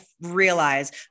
realize